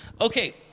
Okay